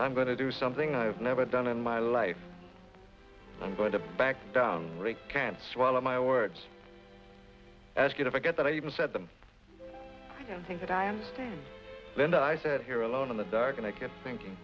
i'm going to do something i've never done in my life i'm going to back down brick can't swallow my words ask you to forget that i even said them things that i and then i said here alone in the dark and i kept thinking